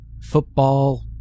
football